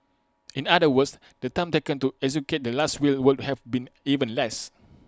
in other words the time taken to execute the Last Will would have been even less